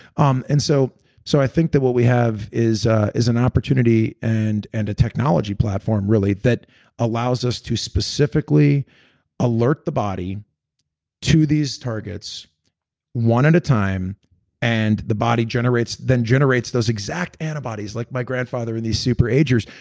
um and so so i think that what we have is is an opportunity and and a technology platform, really, that allows us to specifically alert the body to these targets one at a time and the body then generates those exact antibodies like my grandfather and these super agers.